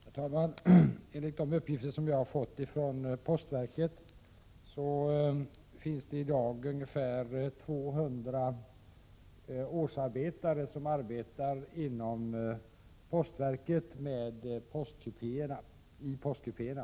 Herr talman! Enligt de uppgifter som jag har fått från postverket finns det i dag ungefär 200 årsarbetare inom postverket som arbetar i postkupéerna.